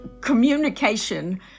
communication